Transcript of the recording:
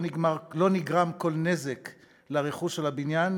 לא נגרם כל נזק לרכוש או לבניין,